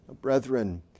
Brethren